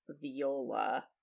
viola